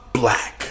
black